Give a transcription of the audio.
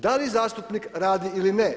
Da li zastupnik radi ili ne?